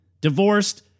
divorced